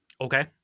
Okay